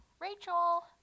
rachel